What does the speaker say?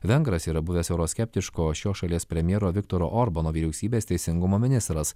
vengras yra buvęs euroskeptiško šios šalies premjero viktoro orbano vyriausybės teisingumo ministras